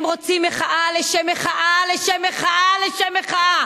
הם רוצים מחאה לשם מחאה, לשם מחאה, לשם מחאה.